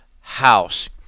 house